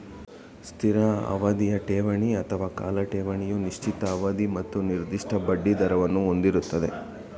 ಸ್ಥಿರ ಅವಧಿಯ ಠೇವಣಿ ಅಥವಾ ಕಾಲ ಠೇವಣಿಯು ನಿಶ್ಚಿತ ಅವಧಿ ಮತ್ತು ನಿರ್ದಿಷ್ಟ ಬಡ್ಡಿದರವನ್ನು ಹೊಂದಿರುತ್ತೆ